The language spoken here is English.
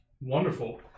Wonderful